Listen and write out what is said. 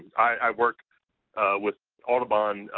i work with audubon,